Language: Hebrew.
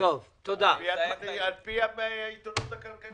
על פי העיתונות הכלכלית.